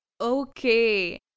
Okay